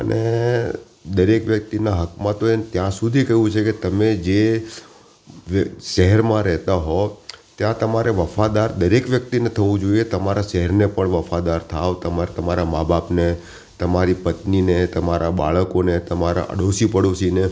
અને દરેક વ્યક્તિના હકમાં તો એણે ત્યાં સુધી કહ્યું છે કે તમે જે વ્ય શહેરમાં રહેતા હોવ ત્યાં તમારે વફાદાર દરેક વ્યક્તિને થવું જોઈએ તમારા શહેરને પણ વફાદાર થાવ તમાર તમારા મા બાપને તમારી પત્નીને તમારાં બાળકોને તમારા આડોશી પાડોશીને